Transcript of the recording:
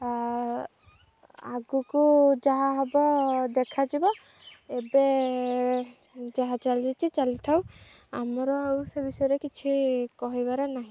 ଆ ଆଗକୁ ଯାହା ହବ ଦେଖାଯିବ ଏବେ ଯାହା ଚାଲିଛି ଚାଲିଥାଉ ଆମର ଆଉ ସେ ବିଷୟରେ କିଛି କହିବାର ନାହିଁ